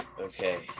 Okay